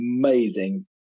amazing